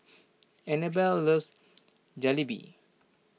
Annabell loves Jalebi